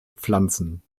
pflanzen